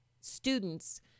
students